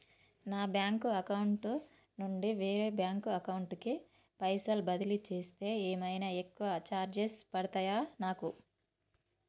నా bank account నుండి వేరే బ్యాంక్ అకౌంట్ కి పైసల్ బదిలీ చేస్తే ఏమైనా ఎక్కువ చార్జెస్ పడ్తయా నాకు?